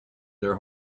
their